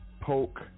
poke